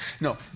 No